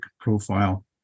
profile